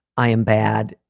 i am bad.